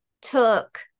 took